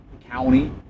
county